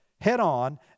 head-on